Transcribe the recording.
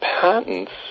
patents